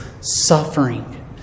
suffering